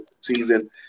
season